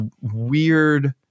weird